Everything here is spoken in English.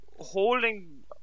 holding